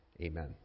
amen